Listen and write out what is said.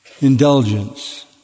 indulgence